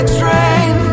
train